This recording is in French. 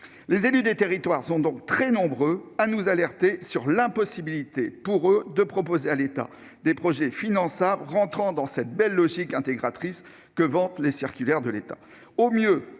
Les élus des territoires sont donc très nombreux à nous alerter sur l'impossibilité dans laquelle ils se trouvent de proposer à l'État des projets finançables entrant dans cette belle logique intégratrice que vantent les circulaires du